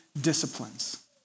disciplines